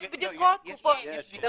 יש בדיקות -- יש, יש.